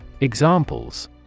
Examples